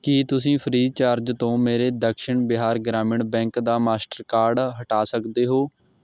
ਕੀ ਤੁਸੀਂਂ ਫ੍ਰੀਚਾਰਜ ਤੋਂ ਮੇਰੇ ਦਕਸ਼ਨ ਬਿਹਾਰ ਗ੍ਰਾਮੀਣ ਬੈਂਕ ਦਾ ਮਾਸਟਰਕਾਰਡ ਹਟਾ ਸਕਦੇ ਹੋ